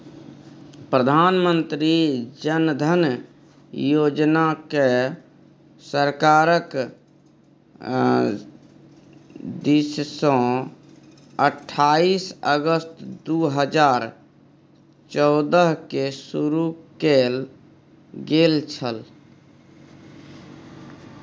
प्रधानमंत्री जन धन योजनाकेँ सरकारक दिससँ अट्ठाईस अगस्त दू हजार चौदहकेँ शुरू कैल गेल छल